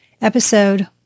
Episode